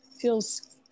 feels